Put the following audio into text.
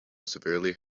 severely